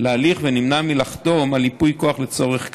להליך ונמנע מלחתום על ייפוי כוח לצורך זה.